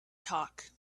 talk